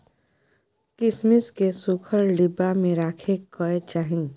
किशमिश केँ सुखल डिब्बा मे राखे कय चाही